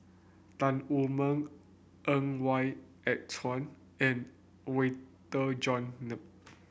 Tan Wu Meng Ng Why and Chuan and Walter John